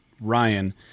Ryan